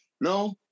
No